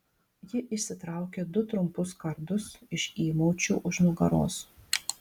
ji išsitraukė du trumpus kardus iš įmaučių už nugaros